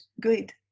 good